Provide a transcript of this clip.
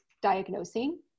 diagnosing